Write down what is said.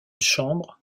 chambre